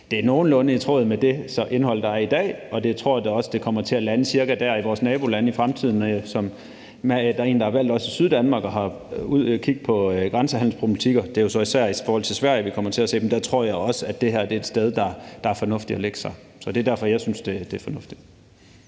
det nogenlunde er i tråd med det indhold, der er i dag. Jeg tror også, at det kommer til at lande cirka der i vores nabolande i fremtiden. Og som en, der er valgt i Syddanmark og har kig på grænsehandelsproblematikker – det er jo især i forhold til Sverige, vi kommer til at se dem – tror jeg også, at det her er et sted, hvor det er fornuftigt at lægge sig, og det er derfor, jeg synes, det er fornuftigt.